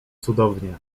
cudownie